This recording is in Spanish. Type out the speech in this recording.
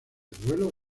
duelos